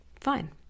fine